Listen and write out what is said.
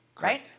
right